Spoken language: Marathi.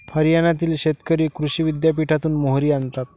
हरियाणातील शेतकरी कृषी विद्यापीठातून मोहरी आणतात